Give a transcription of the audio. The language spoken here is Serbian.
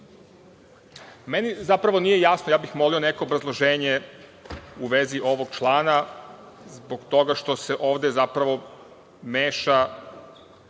zapravo nije jasno, ja bih molio neko obrazloženje u vezi ovog člana, zbog toga što se ovde zapravo mešaju